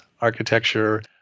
architecture